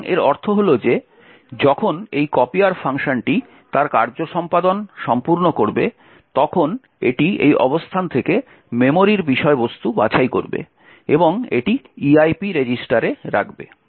সুতরাং এর অর্থ হল যে যখন এই কপিয়ার ফাংশনটি তার কার্য সম্পাদন সম্পূর্ণ করবে তখন এটি এই অবস্থান থেকে মেমোরির বিষয়বস্তু বাছাই করবে এবং এটি EIP রেজিস্টারে রাখবে